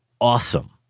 awesome